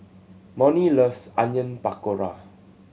Monnie loves Onion Pakora